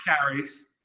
carries